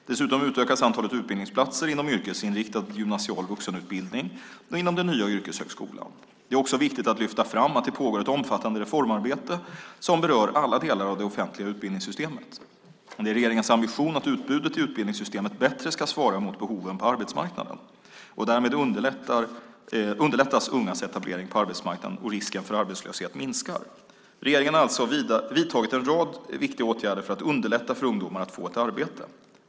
Dessutom utökas antalet utbildningsplatser inom yrkesinriktad gymnasial vuxenutbildning och inom den nya yrkeshögskolan. Det är också viktigt att lyfta fram att det pågår ett omfattade reformarbete som berör alla delar av det offentliga utbildningssystemet. Det är regeringens ambition att utbudet i utbildningssystemet bättre ska svara mot behoven på arbetsmarknaden. Därmed underlättas ungas etablering på arbetsmarknaden och risken för arbetslöshet minskar. Regeringen har alltså vidtagit en rad viktiga åtgärder för att underlätta för ungdomar att få ett arbete.